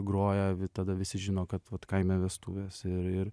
groja vi tada visi žino kad vat kaime vestuvės ir ir